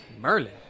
Merlin